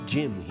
Jim